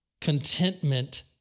contentment